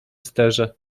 sterze